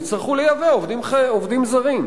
יצטרכו לייבא עובדים זרים.